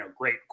great